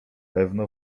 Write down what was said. pewno